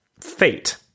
fate